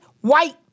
white